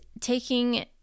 taking